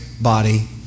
body